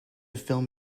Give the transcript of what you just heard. film